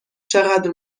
چقدر